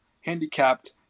handicapped